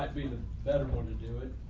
like be the better way to do it.